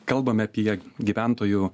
kalbame apie gyventojų